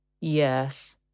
Yes